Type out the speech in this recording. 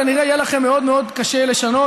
כנראה יהיה לכם מאוד מאוד קשה לשנות,